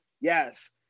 yes